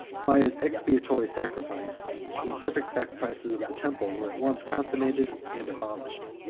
by his expiatory sacrifice, the imperfect sacrifices of the temple were at once consummated and abolished.